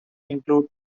include